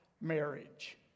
marriage